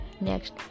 next